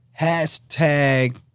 hashtag